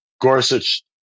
Gorsuch